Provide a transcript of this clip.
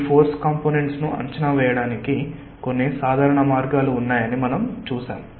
ఈ force components ను అంచనా వేయడానికి కొన్ని సాధారణ మార్గాలు ఉన్నాయని మనం చూశాము